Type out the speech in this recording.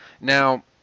Now